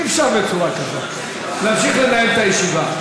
אי-אפשר בצורה כזאת להמשיך לנהל את הישיבה.